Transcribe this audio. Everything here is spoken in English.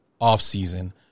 offseason